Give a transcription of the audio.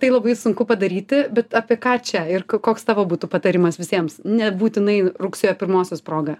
tai labai sunku padaryti bet apie ką čia ir koks tavo būtų patarimas visiems nebūtinai rugsėjo pirmosios proga